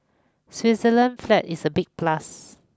Switzerland's flag is a big plus